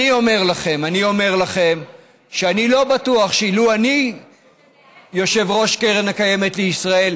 אני אומר לכם שאני לא בטוח שאילו אני יושב-ראש קרן הקיימת לישראל,